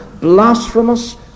blasphemous